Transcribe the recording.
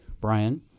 Brian